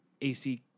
AC